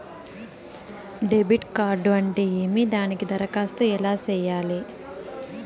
debit card అంటే ఏమి దానికి దరఖాస్తు ఎలా సేయాలి